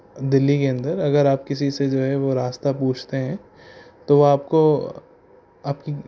دہلی کے اندر اگر آپ کسی سے جو ہے وہ راستہ پوچھتے ہیں تو وہ آپ کو آپ کی